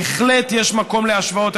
בהחלט יש מקום להשוואות.